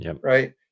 right